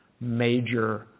major